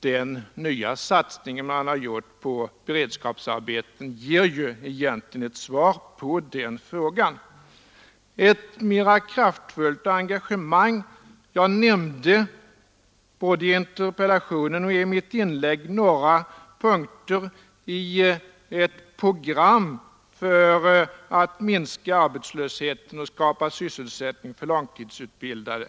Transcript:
Den nya satsning man har gjort på beredskapsarbeten ger ju egentligen ett svar på den frågan. Ett mera kraftfullt engagemang, ja. Jag nämnde både i interpellationen och i mitt inlägg några punkter i ett program för att minska arbetslösheten och skapa sysselsättning för långtidsutbildade.